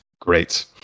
Great